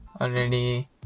already